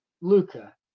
Luca